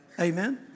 Amen